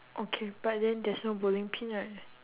okay but then there's no bowling pin right